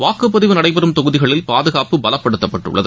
வாக்குபதிவு நடைபெறும் தொகுதிகளில் பாதுகாப்பு பலப்படுத்தப்பட்டுள்ளது